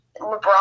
LeBron